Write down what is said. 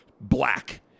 black